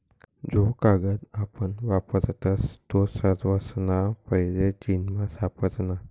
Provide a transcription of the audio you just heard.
जो कागद आपण वापरतस तो सर्वासना पैले चीनमा सापडना